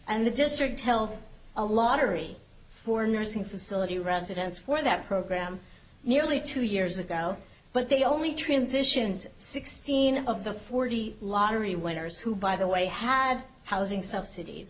and the district health a lot of poor nursing facility residents for that program nearly two years ago but they only transitioned sixteen of the forty lottery winners who by the way had housing subsidies